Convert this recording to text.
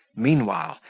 meanwhile,